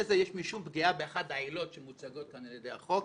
הזה יש משום פגיעה באחת העילות שמוצגות כאן על ידי החוק.